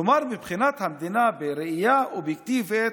כלומר, מבחינת המדינה, בראייה אובייקטיבית,